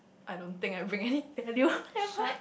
I don't think I bring any value have I